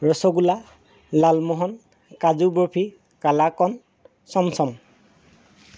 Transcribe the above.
rasgulla lalmohan kaju barfi kalakand chamcham